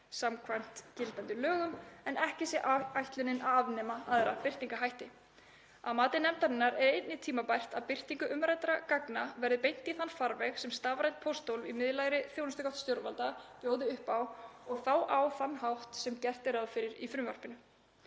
samkvæmt gildandi lögum en ekki sé ætlunin að afnema aðra birtingarhætti. Að mati nefndarinnar er einnig tímabært að birtingu umræddra gagna verði beint í þann farveg sem stafrænt pósthólf í miðlægri þjónustugátt stjórnvalda bjóði upp á og þá á þann hátt sem gert er ráð fyrir í frumvarpinu.